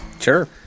Sure